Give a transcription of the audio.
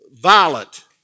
violent